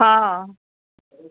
हा हा